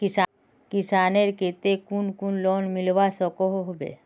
किसानेर केते कुन कुन लोन मिलवा सकोहो होबे?